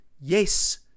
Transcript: yes